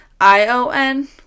i-o-n